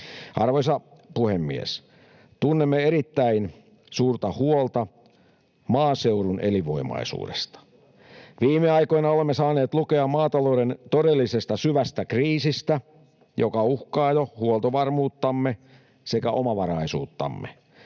Arvoisa puhemies! Tunnemme erittäin suurta huolta maaseudun elinvoimaisuudesta. Viime aikoina olemme saaneet lukea maatalouden todellisesta syvästä kriisistä, joka uhkaa jo huoltovarmuuttamme sekä omavaraisuuttamme.